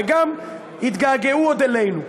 עוד יתגעגעו גם אלינו.